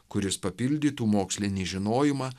kuris papildytų mokslinį žinojimą